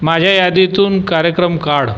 माझ्या यादीतून कार्यक्रम काढ